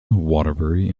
waterbury